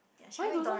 ya she call me Dory